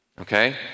Okay